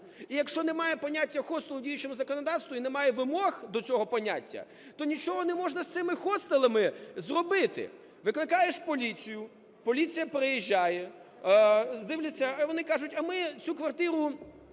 І якщо немає поняття хостелу в діючому законодавстві, то і немає вимог до цього поняття, то нічого не можна з цими хостелами зробити. Викликаєш поліцію, поліція приїжджає, дивляться. А вони кажуть: "А ми цю квартиру